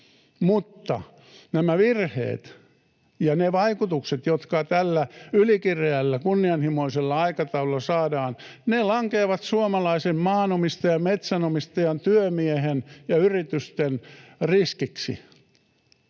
Nämä virheet ja ne vaikutukset, jotka tällä ylikireällä kunnianhimoisella aikataululla saadaan, lankeavat suomalaisen maanomistajan, metsänomistajan ja työmiehen ja suomalaisten yritysten riskiksi.